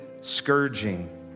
scourging